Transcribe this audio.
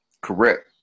Correct